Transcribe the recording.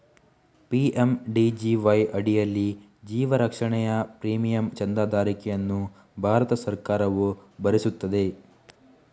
PMJDY ಅಡಿಯಲ್ಲಿ ಜೀವ ರಕ್ಷಣೆಯ ಪ್ರೀಮಿಯಂ ಚಂದಾದಾರಿಕೆಯನ್ನು ಭಾರತ ಸರ್ಕಾರವು ಭರಿಸುತ್ತದೆ